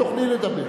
את תוכלי לדבר.